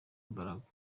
imbaraga